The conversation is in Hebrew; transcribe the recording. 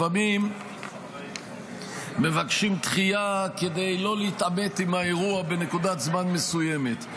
לפעמים מבקשים דחייה כדי לא להתעמת עם האירוע בנקודת זמן מסוימת.